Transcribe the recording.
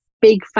big